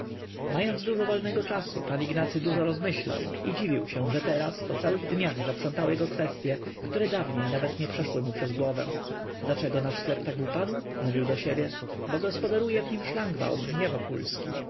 mając dużo wolnego czasu pan ignacy dużo rozmyślał i dziwił się że teraz po całych dniach zaprzątały go kwestye które dawniej nawet nie przeszły mu przez głowę dlaczego nasz sklep tak upadł mówił do siebie bo gospodaruje w nim szlangbaum nie wokulski a